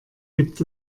gibt